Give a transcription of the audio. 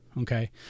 okay